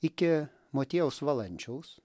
iki motiejaus valančiaus